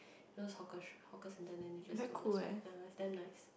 those hawker hawker centres then they just do on the spot ya is damn nice